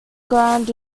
ground